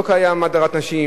לא קיימת הדרת נשים,